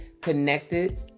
connected